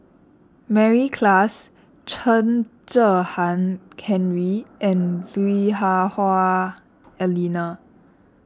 Mary Klass Chen Kezhan Henri and Lui Hah Wah Elena